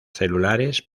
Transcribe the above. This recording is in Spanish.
celulares